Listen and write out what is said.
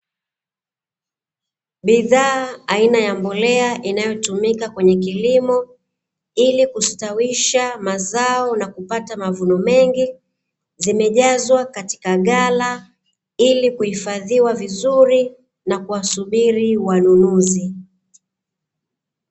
Bidhaa aina ya mbolea inayotumika kwenye kilimo, ili kustawisha mazao na kupata mavuno mengi, zimejazwa katika ghala ilikuhufadhiwa vizuri na kuwasubiri wanunuzi.